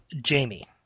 jamie